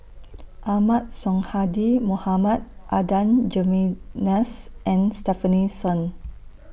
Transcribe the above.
Ahmad Sonhadji Mohamad Adan Jimenez and Stefanie Sun